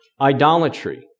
idolatry